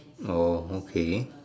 oh okay